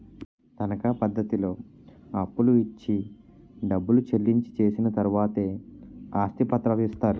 తనకా పద్ధతిలో అప్పులు ఇచ్చి డబ్బు చెల్లించి చేసిన తర్వాతే ఆస్తి పత్రాలు ఇస్తారు